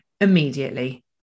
immediately